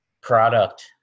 product